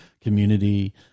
community